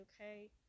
okay